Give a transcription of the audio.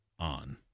on